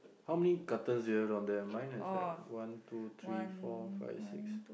how many cartons you have down there mine has like on two three four five six